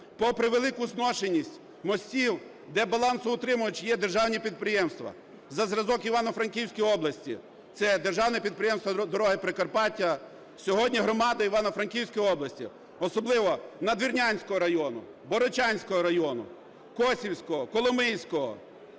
Попри велику зношеність мостів, де балансоутримувачем є державні підприємства, за зразок в Івано-Франківська області це державне підприємство "Дороги Прикарпаття". Сьогодні громада Івано-Франківської області, особливо Надвірнянського району, Богородчанського району, Косівського, Коломийського,